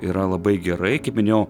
yra labai gerai kaip minėjau